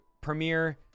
premiere